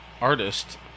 artist